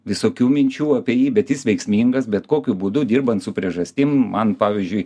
visokių minčių apie jį bet jis veiksmingas bet kokiu būdu dirbant su priežastim man pavyzdžiui